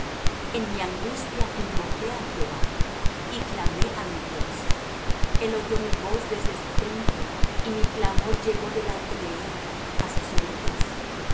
en mi angustia invoqué á jehová y clamé á mi dios el oyó mi voz desde su templo y mi clamor llegó delante de él á sus oídos